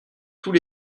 tous